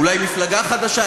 אולי מפלגה חדשה,